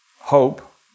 hope